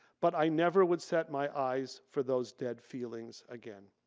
but i never would set my eyes for those dead feelings again.